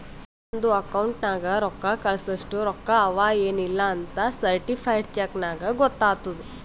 ನಮ್ದು ಅಕೌಂಟ್ ನಾಗ್ ರೊಕ್ಕಾ ಕಳ್ಸಸ್ಟ ರೊಕ್ಕಾ ಅವಾ ಎನ್ ಇಲ್ಲಾ ಅಂತ್ ಸರ್ಟಿಫೈಡ್ ಚೆಕ್ ನಾಗ್ ಗೊತ್ತಾತುದ್